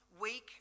week